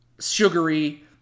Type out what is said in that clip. sugary